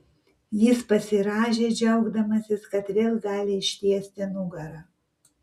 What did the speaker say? jis pasirąžė džiaugdamasis kad vėl gali ištiesti nugarą